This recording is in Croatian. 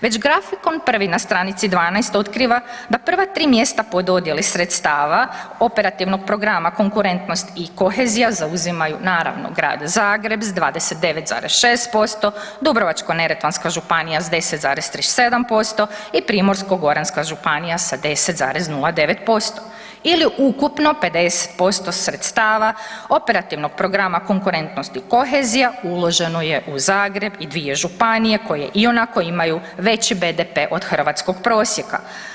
Već grafikon 1. na stranici 12 otkriva da prva tri mjesta po dodjeli sredstava Operativnog programa konkurentnost i kohezija zauzimaju, naravno, grad Zagreb sa 29,6%, Dubrovačko-neretvanska županija sa 10,37% i Primorsko-goranska županija sa 10,09% ili ukupno 50% Operativnog programa konkurentnost i kohezija uloženo je u Zagreb i dvije županije koje ionako imaju veći BDP od hrvatskog prosjeka.